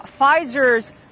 Pfizer's